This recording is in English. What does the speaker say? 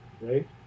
right